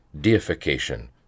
deification